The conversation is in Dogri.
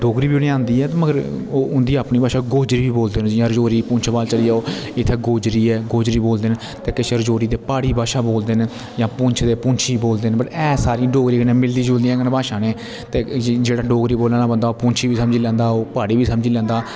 डोगरी बी उंदे आंदी ऐ मगर उंदी अपनी भाशा गोजरी बोलदे न जियां राजौरी पुंछ चली जाओ इत्थे गोजरी ऐ गोजरी बोलदे ऐ ते किश राजौरी पहाड़ी भाशा बोलदे न या पुंछ दे पुंछी बोलदे न ऐ सारे डोगरे कन्नै गै मिलदी जुल्दी भाशा नेह् ते जेह्ड़ा डोगरी बोलने आह्ला बंदा ओह् पुंछी बी समझी लैंदा ओह् पहाड़ी बी समझी लैंदा